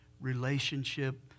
relationship